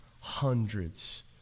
hundreds